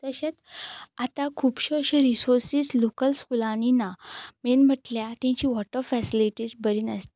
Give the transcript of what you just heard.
तशेंच आतां खुबश्यो अश्यो रिसोर्सीस लोकल स्कुलांनी ना मेन म्हटल्यार तेंची वॉटर फॅसिलिटीझ बरी नासता